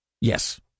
Yes